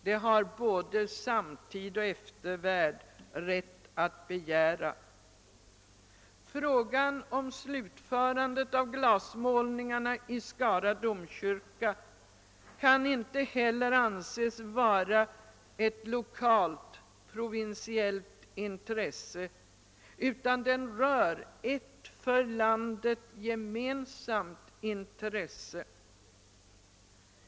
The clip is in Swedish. Det har både samtid och eftervärld rätt att begära. Frågan om slutförande av glasmålningarna i Skara domkyrka kan inte heller anses vara ett lokalt, provinsiellt intresse, utan det rör ett för landet gemensamt intresse.